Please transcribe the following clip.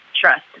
trust